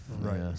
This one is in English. right